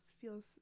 feels